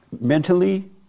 mentally